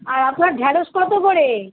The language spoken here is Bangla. আর আপনার ঢ্যাঁড়শ কত করে